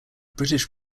british